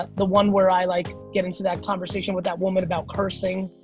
the one where i like get into that conversation with that woman about cursing.